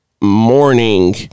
morning